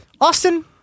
Austin